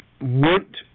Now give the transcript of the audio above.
went